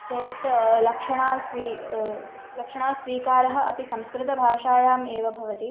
चेत् लक्षणा स्वी लक्षणा स्वीकारः अपि संस्कृतभाषायाम् एव भवति